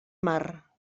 mar